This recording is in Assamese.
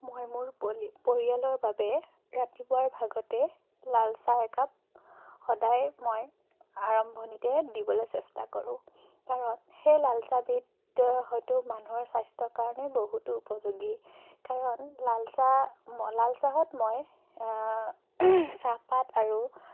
মই মোৰ পৰি পৰিয়ালৰ বাবে ৰাতিপুৱাৰ ভাগতে লালচাহ একাপ সদায় মই আৰম্ভণিতে দিবলৈ চেষ্টা কৰোঁ কাৰণ সেই লালচাহবিধ হয়তো মানুহৰ স্বাস্থ্যৰ কাৰণেও বহুতো উপযোগী কাৰণ লালচাহ ম লালচাহত মই চাহপাত আৰু